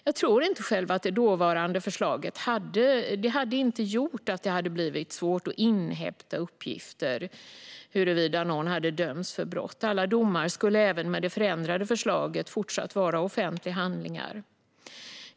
Jag tror inte själv att det dåvarande förslaget skulle ha lett till att det skulle bli svårt att inhämta uppgifter om huruvida någon dömts för brott. Alla domar skulle även med det förändrade förslaget fortsatt vara offentliga handlingar.